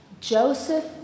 Joseph